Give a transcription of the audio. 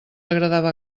agradava